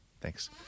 Thanks